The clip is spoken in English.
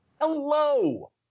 hello